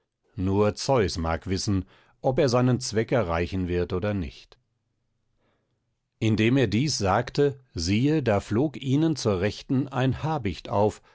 nur zeus mag wissen ob er seinen zweck erreichen wird oder nicht indem er dies sagte siehe da flog ihnen zur rechten ein habicht auf